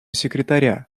секретаря